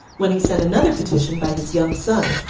when he sent another petition by his young son,